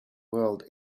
whirled